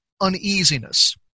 uneasiness